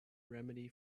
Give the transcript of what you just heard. remedy